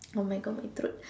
oh my God my throat